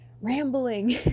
rambling